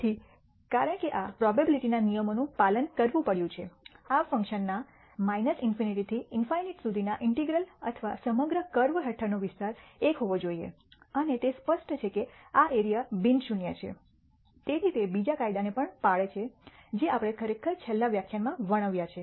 ફરીથી કારણ કે આ પ્રોબેબીલીટી ના નિયમોનું પાલન કરવું પડ્યું છે આ ફંકશનના ∞ થી ∞ સુધી નું ઇન્ટિગ્રલ અથવા સમગ્ર કર્વ હેઠળનો વિસ્તાર 1 હોવો જોઈએ અને તે સ્પષ્ટ છે કે આ એરિયા બિન શૂન્ય છે તેથી તે બીજા કાયદાને પણ પાળે છે જે આપણે ખરેખર છેલ્લા વ્યાખ્યાનમાં વર્ણવ્યા છે